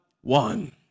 one